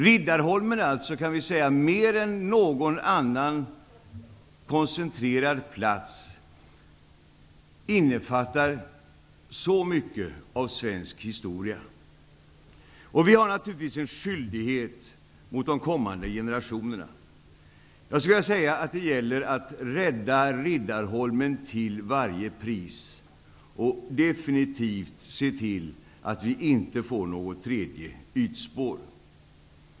Riddarholmen innefattar mer än någon annan plats ett koncentrat av svensk historia. Vi har naturlitvis en skyldighet mot kommande generationer. Jag skulle vilja säga att det gäller att rädda Riddarholmen till varje pris och att definitivt se till att vi inte får något tredje ytspår.